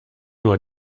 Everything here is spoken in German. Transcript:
nur